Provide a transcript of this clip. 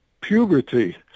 puberty